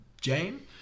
Jane